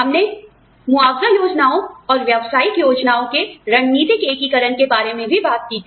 हमने मुआवजा योजनाओं और व्यावसायिक योजनाओं के रणनीतिक एकीकरण के बारे में भी बात की थी